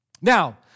Now